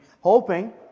hoping